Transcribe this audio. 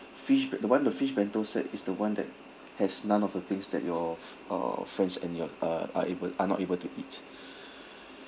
fish be~ the [one] the fish bento set is the [one] that has none of the things that your uh friends and your uh are able are not able to eat